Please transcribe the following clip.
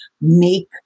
make